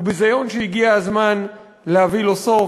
הוא ביזיון שהגיע הזמן להביא לו סוף.